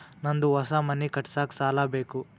ನಂದು ಹೊಸ ಮನಿ ಕಟ್ಸಾಕ್ ಸಾಲ ಬೇಕು